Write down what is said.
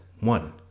one